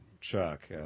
Chuck